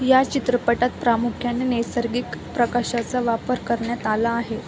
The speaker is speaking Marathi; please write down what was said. या चित्रपटात प्रामुख्याने नैसर्गिक प्रकाशाचा वापर करण्यात आला आहे